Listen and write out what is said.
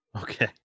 Okay